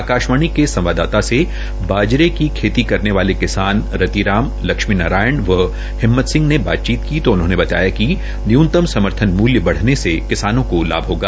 आकाशवाणी के संवाददाता से बाजरे की खेती करने वाले किसान रती राम लक्ष्मणी नारायण व हिम्मत सिंह ने बातचीत की तो उन्होंने बताया कि न्यूनतम समर्थन मूल्य बढ़ने से किसानों को लाभ होगा